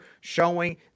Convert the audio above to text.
showing